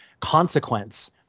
consequence